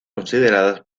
consideradas